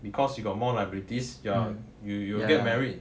because you got more liabilities ya you you will get married